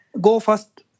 go-first